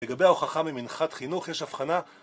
לגבי ההוכחה ממנחת חינוך, יש הבחנה